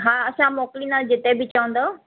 हा असां मोकिलींदा जिते बि चवंदव